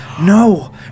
No